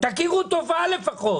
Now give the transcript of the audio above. תכירו טובה לפחות.